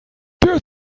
der